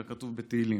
ככתוב בתהילים.